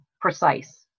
precise